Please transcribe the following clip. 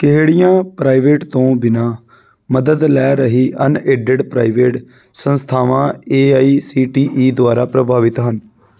ਕਿਹੜੀਆਂ ਪ੍ਰਾਈਵੇਟ ਤੋਂ ਬਿਨਾ ਮਦਦ ਲੈ ਰਹੀ ਅਨਏਡਡ ਪ੍ਰਾਈਵੇਟ ਸੰਸਥਾਵਾਂ A I C T E ਦੁਆਰਾ ਪ੍ਰਭਾਵਿਤ ਹਨ